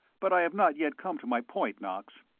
but i have not yet come to my point, knox.